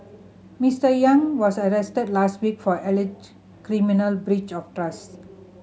Mister Yang was arrested last week for alleged criminal breach of trust